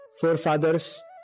forefathers